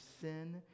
sin